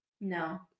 No